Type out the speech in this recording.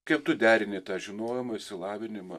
kaip tu derini tą žinojimą išsilavinimą